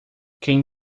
quem